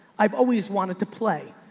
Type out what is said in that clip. i've always wanted to play.